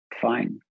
Fine